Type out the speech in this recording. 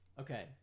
Okay